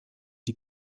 die